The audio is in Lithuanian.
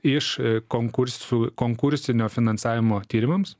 iš konkursų konkursinio finansavimo tyrimams